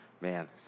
Man